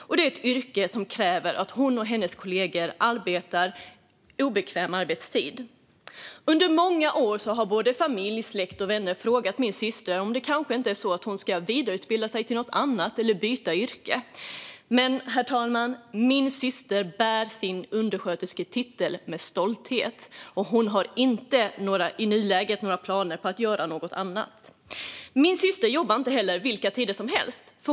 Det är också ett yrke som kräver att min syster och hennes kollegor arbetar obekväm arbetstid. Under många år har familj, släkt och vänner frågat min syster om hon inte ska vidareutbilda sig till något annat eller byta yrke. Men, herr talman, min syster bär sin underskötersketitel med stolthet, och hon har i nuläget inte några planer på att göra något annat. Min syster jobbar inte heller vilka tider som helst.